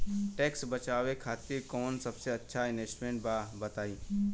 Tax बचावे खातिर कऊन सबसे अच्छा इन्वेस्टमेंट बा बताई?